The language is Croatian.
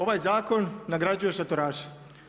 Ovaj zakon nagrađuje šatoraše.